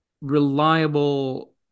reliable